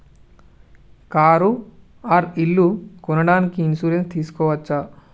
Car or ఇల్లు కొనడానికి insurance తీస్కోవచ్చా?